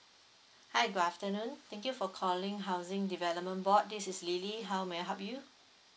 hi good afternoon thank you for calling housing development board this is lily how may I help you